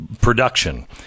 production